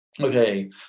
okay